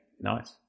nice